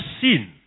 sin